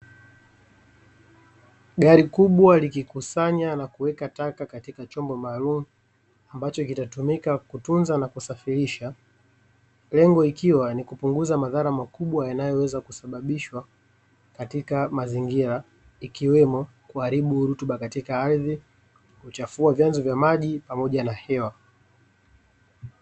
Gari kubwa likikusanya na kuweka taka katika chombo maalumu, ambacho kitatumika kutunza na kusafirisha. Lengo ikiwa ni kupunguza madhara makubwa yanayoweza kusababishwa katika mazingira ikiwemo, kuharibu rutuba katika ardhi, kuchafua vyanzo vya maji pamoja na hewa.